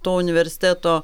to universiteto